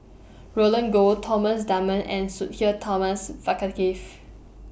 Roland Goh Thomas Dunman and Sudhir Thomas